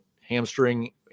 hamstring